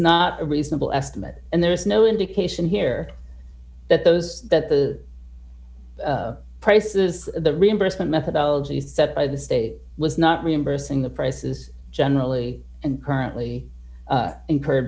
not a reasonable estimate and there is no indication here that those that the prices the reimbursement methodology set by the state was not reimbursing the prices generally and currently incurred